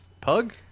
Pug